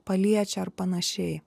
paliečia ar panašiai